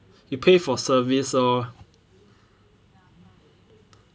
you pay for service lor